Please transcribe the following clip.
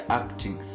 acting